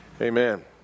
Amen